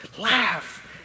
laugh